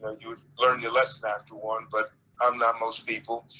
ah you learned your lesson after one. but i'm not most people.